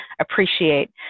appreciate